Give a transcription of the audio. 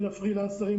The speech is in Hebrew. ולפרי-לנסרים,